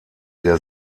der